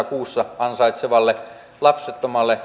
kuussa nettona ansaitsevalle lapsettomalle